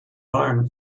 barn